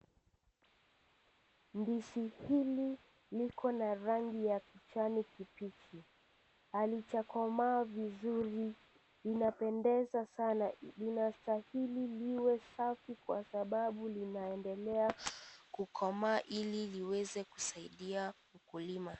Ndizi hili likona rangi ya kijani kibichi alijakomaa vizuri inapendeza sana inaastahili iwe safi kwasababu imekomaa ili iweze kusaidia wakulima .